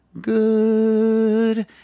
good